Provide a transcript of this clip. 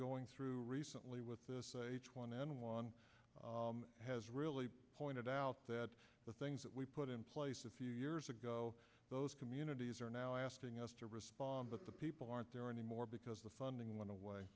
going through recently with this h one n one has really pointed out that the things that we put in place a few years ago those communities are now asking us to respond but the people aren't there anymore because the funding went away